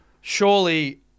surely